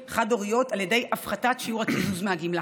חד-הוריות על ידי הפחתת שיעור הקיזוז מהגמלה,